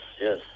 yes